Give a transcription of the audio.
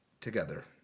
together